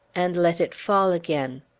and let it fall again!